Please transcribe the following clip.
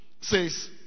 says